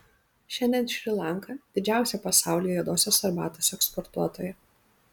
šiandien šri lanka didžiausia pasaulyje juodosios arbatos eksportuotoja